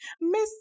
Miss